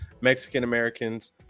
Mexican-Americans